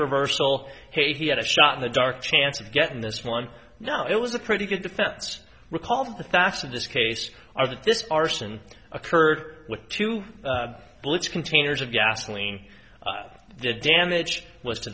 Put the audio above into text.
reversal hey he had a shot in the dark chance of getting this one no it was a pretty good defense recall the facts in this case are that this arson occurred with two bullets containers of gasoline the damage was to